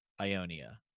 Ionia